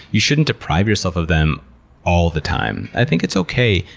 you shouldn't deprive yourself of them all the time. i think it's okay,